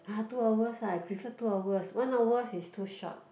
ah two hours uh I prefer two hours one hour is too short